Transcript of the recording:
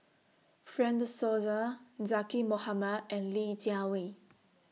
Fred De Souza Zaqy Mohamad and Li Jiawei